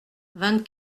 vingt